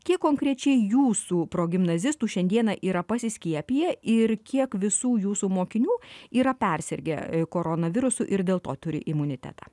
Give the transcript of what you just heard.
kiek konkrečiai jūsų progimnazistų šiandieną yra pasiskiepiję ir kiek visų jūsų mokinių yra persirgę koronavirusu ir dėl to turi imunitetą